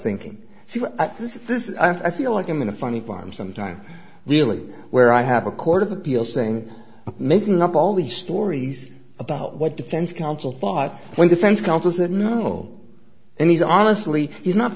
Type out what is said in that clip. this is i feel like i'm in a funny parm some time really where i have a court of appeal saying making up all these stories about what defense counsel thought when defense counsel said no and he's honestly he's not